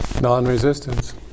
non-resistance